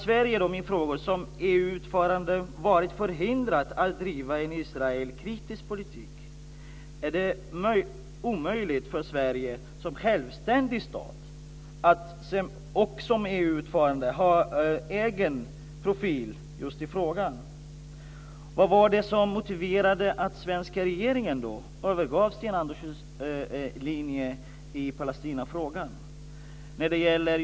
Min fråga är: Har Sverige som EU-ordförande varit förhindrat att driva en israelkritisk politik? Är det omöjligt för Sverige som självständig stat och som EU-ordförande att ha en egen profil i frågan? Och vad var det som motiverade att svenska regeringen övergav Sten Anderssons linje i Palestinafrågan?